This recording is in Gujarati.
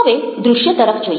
હવે દ્રશ્ય તરફ જોઈએ